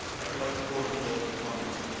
i collect spores, molds, and fungus.